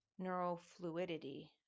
neurofluidity